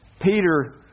Peter